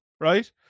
right